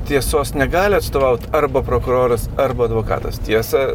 tiesos negali atstovaut arba prokuroras arba advokatas tiesa